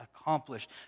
accomplished